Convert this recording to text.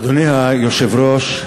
אדוני היושב-ראש,